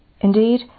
Indeed